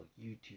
YouTube